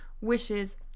wishes